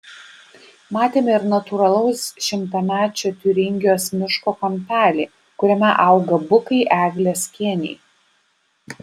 matėme ir natūralaus šimtamečio tiuringijos miško kampelį kuriame auga bukai eglės kėniai